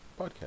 podcast